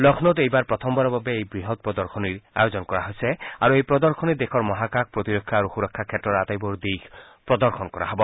লক্ষ্ণৌত এইবাৰ প্ৰথমবাৰৰ বাবে এই বৃহৎ প্ৰদশনীৰ আয়োজন কৰা হৈছে আৰু এই প্ৰদশনীত দেশৰ মহাকাশ প্ৰতিৰক্ষা আৰু সুৰক্ষা ক্ষেত্ৰৰ আটাইবোৰ দিশ প্ৰদৰ্শন কৰা হব